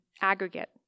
aggregate